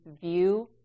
view